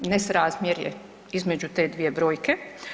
Nesrazmjer između te dvije brojke.